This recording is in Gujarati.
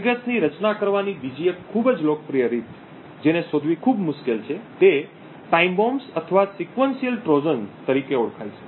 ટ્રિગર્સની રચના કરવાની બીજી એક ખૂબ જ લોકપ્રિય રીત જેને શોધવી વધુ મુશ્કેલ છે તે ટાઇમ બોમ્બ અથવા અનુક્રમિત ટ્રોજન તરીકે ઓળખાય છે